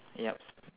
ya